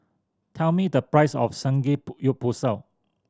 tell me the price of